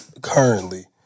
currently